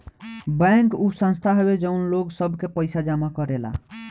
bank उ संस्था हवे जवन लोग सब के पइसा जमा करेला